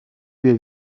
wir